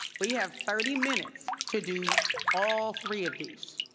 we have thirty minutes to do all three of these.